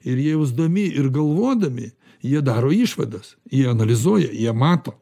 ir jausdami ir galvodami jie daro išvadas jie analizuoja jie mato